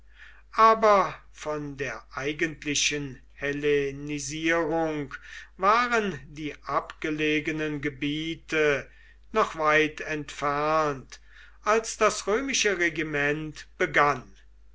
aber von der eigentlichen hellenisierung waren die abgelegenen gebiete noch weit entfernt als das römische regiment begann